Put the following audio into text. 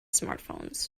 smartphones